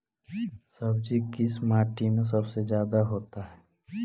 सब्जी किस माटी में सबसे ज्यादा होता है?